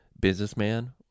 businessman